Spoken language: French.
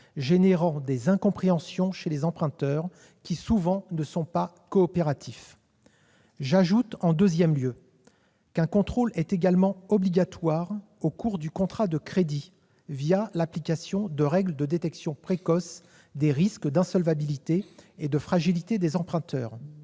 suscitant des incompréhensions chez les emprunteurs, qui, souvent, ne sont pas coopératifs. En deuxième lieu, un contrôle est obligatoire également au cours du contrat de crédit, l'application des règles de détection précoce des risques d'insolvabilité et de fragilité des emprunteurs.